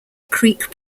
creek